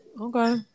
Okay